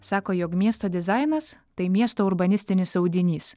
sako jog miesto dizainas tai miesto urbanistinis audinys